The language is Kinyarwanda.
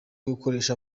gukoresha